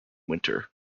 winter